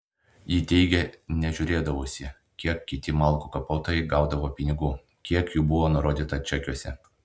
ji teigė nežiūrėdavusi kiek kiti malkų kapotojai gaudavo pinigų kiek jų buvo nurodyta čekiuose